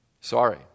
Sorry